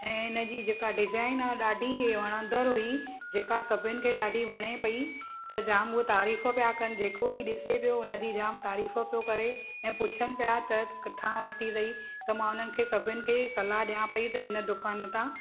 ऐं हिन जी जेका डिजाइन आहे ॾाढी वणदड़ हुई जेका सभिनि खे ॾाढी वणे पई त जाम उहो तारीफ़ पिया कनि जेको बि ॾिसे पियो हुन जी जाम तारीफ़ पियो करे ऐं पुछनि पिया त किथां वरिती अथई त मां हुननि खे सभिनि खे इहे सलाहु ॾियां पई त हिन दुकान तां